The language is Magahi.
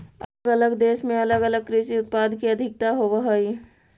अलग अलग देश में अलग अलग कृषि उत्पाद के अधिकता होवऽ हई